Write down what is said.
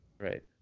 Right